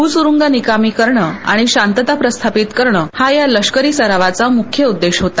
भूसुरुंग निकामी करण आणि शांतता प्रस्थापित करण हा या लष्करी सरावाचा मुख्य उद्देश होता